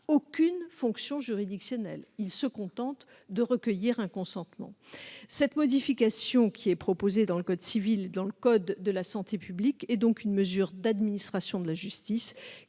aucune fonction juridictionnelle, se contentant de recueillir un consentement. La modification proposée dans le code civil et dans le code de la santé publique est donc une mesure d'administration de la justice,